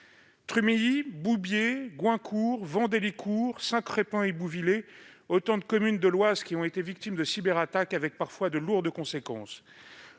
Trumilly, Boubiers, Goincourt, Vandélicourt, Saint-Crépin-Ibouvillers : autant de communes de l'Oise victimes de cyberattaques, avec parfois de lourdes conséquences.